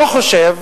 אני לא חושב